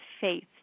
faith